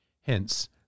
Hence